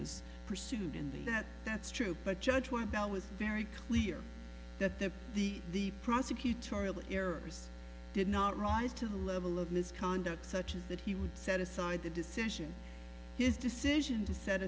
was pursued in that that's true but judge why bell was very clear that the the the prosecutorial errors did not rise to the level of misconduct such as that he would set aside the decision his decision to set